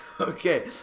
Okay